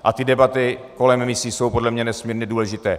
A ty debaty kolem misí jsou podle mne nesmírně důležité.